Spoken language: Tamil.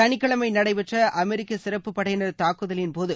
சனிக்கிழமை நடைபெற்ற அமெரிக்க சிறப்பு படையினர் தாக்குதலின்போது